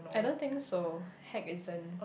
I don't think so heck isn't